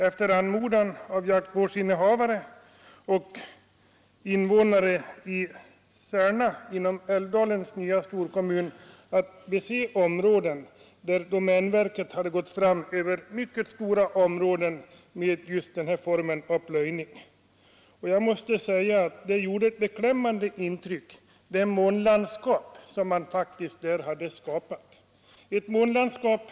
Efter anmodan av jaktvårdsinnehavare och invånare i Särna inom Älvdalens nya storkommun hade jag i höstas tillfälle att bese områden, där domänverket hade gått fram över mycket stora ytor med just den här formen av plöjning. Det ”månlandskap” som man där faktiskt hade skapat gjorde ett beklämmande intryck.